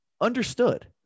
understood